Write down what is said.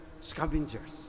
scavengers